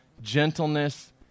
gentleness